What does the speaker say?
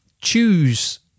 choose